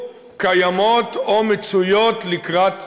קיימות או מצויות לקראת סיום.